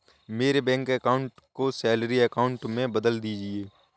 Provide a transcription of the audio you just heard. मेरे bank account को salary account में बदल दीजिए